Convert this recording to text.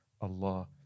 Allah